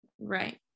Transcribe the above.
right